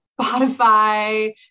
Spotify